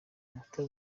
nkuta